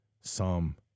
Psalm